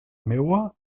meua